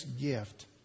gift